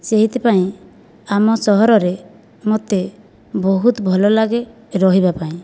ସେଇଥିପାଇଁ ଆମ ସହରରେ ମୋତେ ବହୁତ ଭଲ ଲାଗେ ରହିବା ପାଇଁ